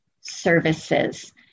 services